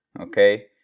okay